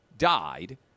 Died